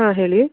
ಹಾಂ ಹೇಳಿ